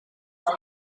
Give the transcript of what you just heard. zijn